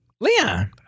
Leon